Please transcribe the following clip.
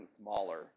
smaller